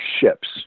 ships